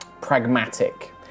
pragmatic